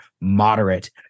moderate-